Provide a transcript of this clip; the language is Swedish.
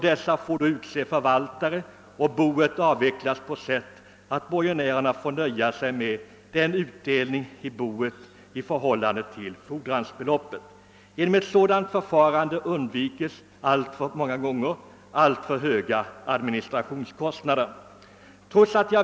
Dessa har sedan att utse förvaltare, och boet avvecklas på så sätt att borgenärerna får nöja sig med utdelning i boet i förhållande till fordringarna. Genom ett sådant förfarande undviks många gånger alltför höga administrationskostnader.